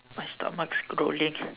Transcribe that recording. my stomach's growling